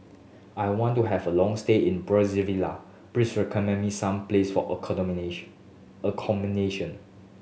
I want to have a long stay in Brazzaville please recommend me some places for accommodation